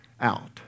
out